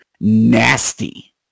nasty